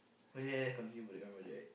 oh ya ya ya continue